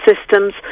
systems